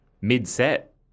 mid-set